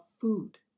food